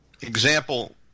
example